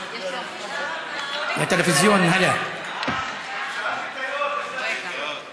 57) (הרשות והמועצה לשידורים מסחריים),